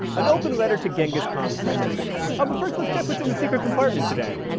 an open letter to genghis khan's descendants. but first, let's check what's in the secret compartment today.